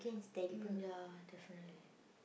mm ya definitely